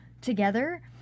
together